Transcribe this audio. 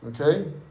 Okay